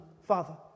Father